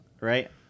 right